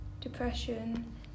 depression